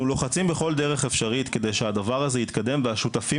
לוחצים בכל דרך אפשרית כדי שהדבר הזה יתקדם והשותפים